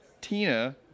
Tina